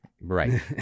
Right